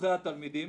וצרכי התלמידים".